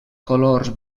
colors